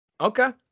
Okay